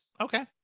Okay